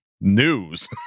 news